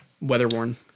Weather-worn